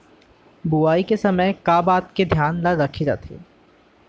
बुआई के समय का का बात के धियान ल रखे जाथे?